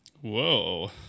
Whoa